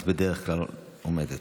את בדרך כלל עומדת.